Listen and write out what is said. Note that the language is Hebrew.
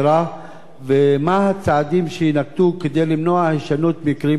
3. מה הם הצעדים שיינקטו כדי למנוע הישנות מקרים כאלה בעתיד?